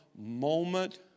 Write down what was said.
moment